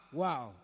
wow